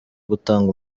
gutanga